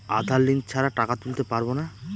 আধার link ছাড়া টাকা তুলতে পারব না?